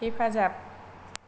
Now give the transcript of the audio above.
हेफाजाब